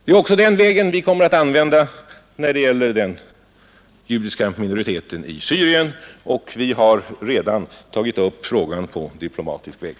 Det är också det sätt vi kommer att använda när det gäller den judiska minoriteten i Syrien, och vi har redan tagit upp frågan på diplomatisk väg.